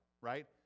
right